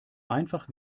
einfach